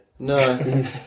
No